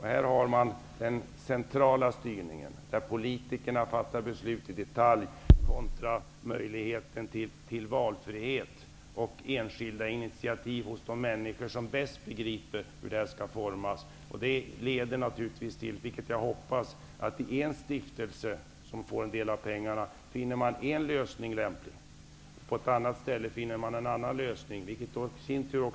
Här har man den centrala styrningen, där politikerna fattar beslut i detalj, kontra möjligheten till valfrihet och enskilda initiativ hos de människor som bäst begriper hur verksamheten skall formas. Jag hoppas att det leder till att man i en stiftelse som får del av pengarna finner en lösning som är lämplig, och att man i en annan stiftelse finner en annan lösning.